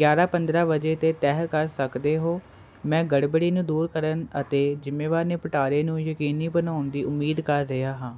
ਗਿਆਰ੍ਹਾਂ ਪੰਦਰ੍ਹਾਂ ਵਜੇ 'ਤੇ ਤਹਿ ਕਰ ਸਕਦੇ ਹੋ ਮੈਂ ਗੜਬੜੀ ਨੂੰ ਦੂਰ ਕਰਨ ਅਤੇ ਜ਼ਿੰਮੇਵਾਰ ਨਿਪਟਾਰੇ ਨੂੰ ਯਕੀਨੀ ਬਣਾਉਣ ਦੀ ਉਮੀਦ ਕਰ ਰਿਹਾ ਹਾਂ